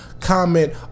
comment